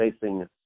Facing